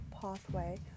pathway